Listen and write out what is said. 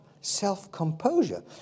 self-composure